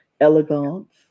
elegance